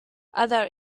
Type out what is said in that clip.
other